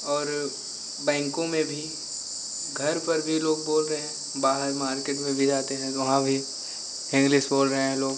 और बैंकों में भी घर पर भी लोग बोल रहे हैं बाहर मार्केट में भी जाते हैं वहाँ भी इंग्लिश बोल रहे हैं लोग